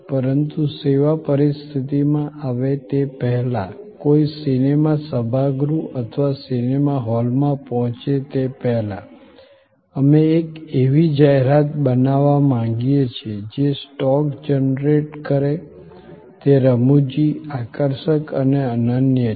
પરંતુ સેવા પરિસ્થિતિમાં આવે તે પહેલાં કોઈ સિનેમા સભાગૃહ અથવા સિનેમા હોલમાં પહોંચે તે પહેલાં અમે એક એવી જાહેરાત બનાવવા માંગીએ છીએ જે સ્ટોક જનરેટ કરે તે રમૂજીઆકર્ષક અને અનન્ય છે